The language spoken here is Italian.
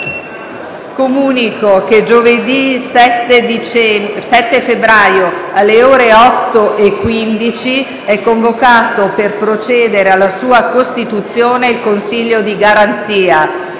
Comunico che giovedì 7 febbraio, alle ore 8,15, è convocato per procedere alla sua costituzione il Consiglio di garanzia.